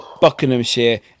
buckinghamshire